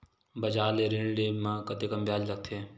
बजार ले ऋण ले म कतेकन ब्याज लगथे?